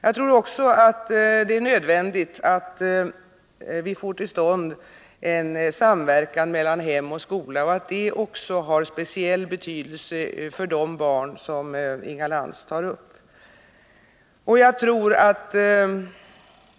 Jag tror också det är nödvändigt att vi får till stånd en samverkan mellan hem och skola och att det också har speciell betydelse för de barn som Inga Lantz tar upp som exempel.